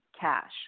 cash